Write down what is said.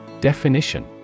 Definition